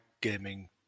gaming